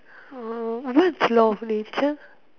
hmm what's law of nature